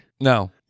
no